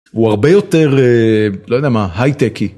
הוא הרבה יותר, לא יודע מה, היי-טקי.